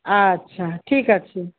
আচ্ছা ঠিক আছে